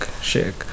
shake